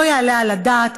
לא יעלה על הדעת,